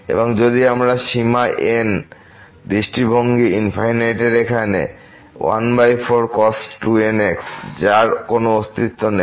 এবং যদি আমরা সীমা n দৃষ্টিভঙ্গি ∞ এর এখানে যার কোন অস্তিত্ব নেই